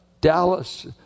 Dallas